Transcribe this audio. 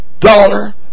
dollar